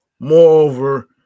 Moreover